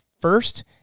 first